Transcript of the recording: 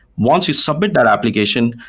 once you submit that application,